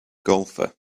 golfer